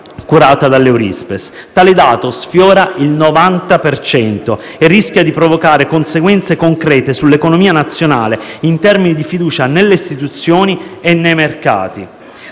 e sociali (Eurispes). Tale dato sfiora il 90 per cento e rischia di provocare conseguenze concrete sull'economia nazionale in termini di fiducia nelle istituzioni e nei mercati.